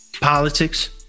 politics